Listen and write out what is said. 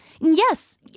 Yes